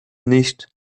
nicht